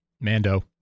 Mando